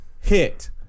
hit